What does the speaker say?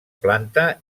planta